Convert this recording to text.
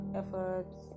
efforts